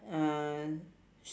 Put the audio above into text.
uh